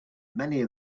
many